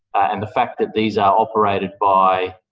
and the fact that these are operated by,